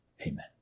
Amen